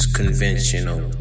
conventional